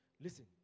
Listen